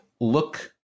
look